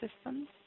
Systems